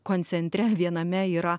koncentre viename yra